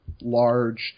large